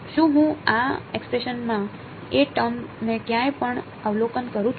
શું હું આ એક્સપ્રેસન માં તે ટર્મ ને ક્યાંય પણ અવલોકન કરું છું